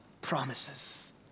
promises